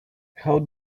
how